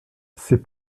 c’est